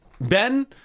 Ben